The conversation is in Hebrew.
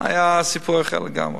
היה סיפור אחר לגמרי.